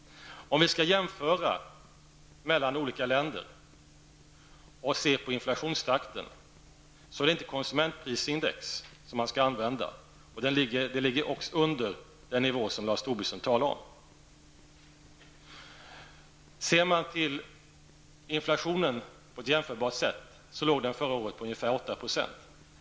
Om vi skall jämföra inflationstakten mellan olika länder är det inte konsumentprisindex man skall använda -- men även konsumentprisindex ligger under den nivå Lars Tobisson talar om. Ser man till inflationen på ett jämförbart sätt låg den förra året på ungefär 8 %.